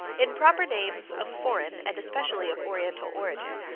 in proper names of foreign, and especially of oriental origin,